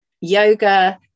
yoga